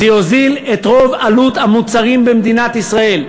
זה יוזיל את רוב המוצרים במדינת ישראל,